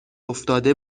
افتاده